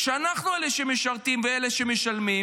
כשאנחנו אלה שמשרתים ואלה שמשלמים,